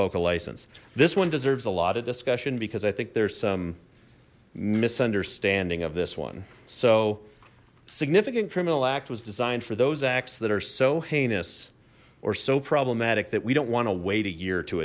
a license this one deserves a lot of discussion because i think there's some misunderstanding of this one so significant criminal act was designed for those acts that are so heinous or so problematic that we don't want to wait a year to